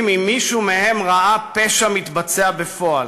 אם מישהו מהם ראה פשע מתבצע בפועל.